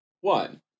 one